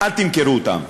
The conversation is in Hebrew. אל תמכרו אותם.